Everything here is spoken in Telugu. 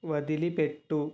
వదిలిపెట్టు